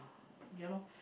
ya lor